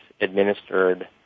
administered